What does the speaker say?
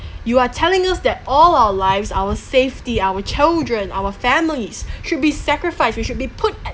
you are telling us that all our lives our safety our children our families should be sacrificed we should be put at